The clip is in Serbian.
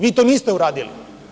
Vi to niste uradili.